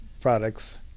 products